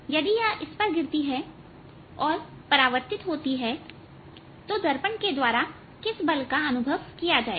यदि इस पर गिरती है और परावर्तित होती है तो दर्पण के द्वारा किस बल का अनुभव किया जाएगा